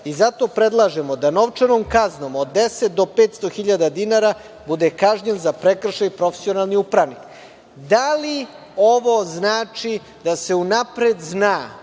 Zato predlažemo da novčanom kaznom od 10.000 do 500.000 dinara bude kažnjen za prekršaj profesionalni upravnik. Da li ovo znači da se unapred zna